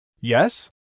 Yes